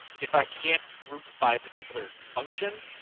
if i can't group by a particular function.